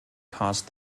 caused